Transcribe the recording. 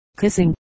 kissing